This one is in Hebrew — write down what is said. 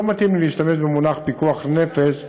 לא מתאים לי להשתמש במונח "פיקוח נפש"